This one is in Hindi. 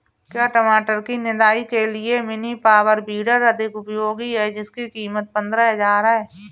क्या टमाटर की निदाई के लिए मिनी पावर वीडर अधिक उपयोगी है जिसकी कीमत पंद्रह हजार है?